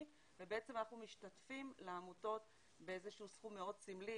ובעצם אנחנו משתתפים בעמותות באיזשהו סכום מאוד סמלי.